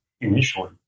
initially